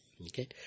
Okay